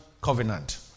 covenant